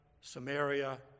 Samaria